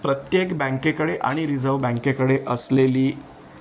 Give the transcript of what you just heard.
प्रत्येक बँकेकडे आणि रिझर्व्ह बँकेकडे असलेली